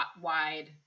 wide